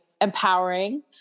empowering